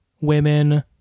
women